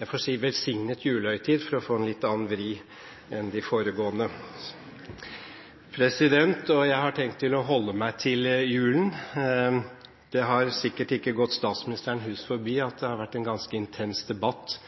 en velsignet julehøytid, for å få en litt annen vri enn de foregående. Jeg har tenkt å holde meg til julen. Det har sikkert ikke gått statsministeren hus forbi at det de siste par ukene har vært en ganske intens debatt